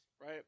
Right